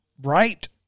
right